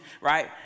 right